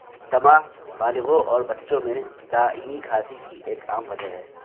دمہ بالغوں اور بچوں میں دائمی کھانسی کی ایک عام وجہ ہے